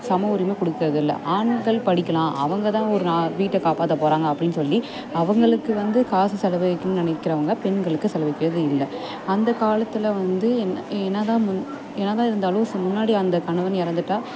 சம உரிமை கொடுக்குறதில்ல ஆண்கள் படிக்கலாம் அவங்க தான் ஒரு வீட்டை காப்பாற்றப் போகிறாங்க அப்படின்னு சொல்லி அவங்களுக்கு வந்து காசு செலவழிக்கணும்னு நினைக்கிறவங்க பெண்களுக்கு செலவழிக்கிறது இல்லை அந்த காலத்தில் வந்து என்ன தான் மு என்ன தான் இருந்தாலும் முன்னாடி அந்த கணவன் இறந்துட்டா